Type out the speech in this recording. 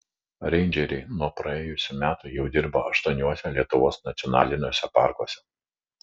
reindžeriai nuo praėjusių metų jau dirba aštuoniuose lietuvos nacionaliniuose parkuose